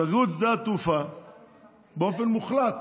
סגרו את שדה התעופה באופן מוחלט,